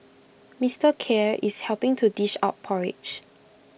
Mister Khair is helping to dish out porridge